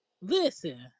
Listen